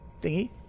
thingy